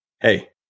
Hey